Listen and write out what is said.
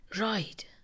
right